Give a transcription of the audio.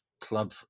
club